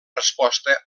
resposta